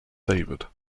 david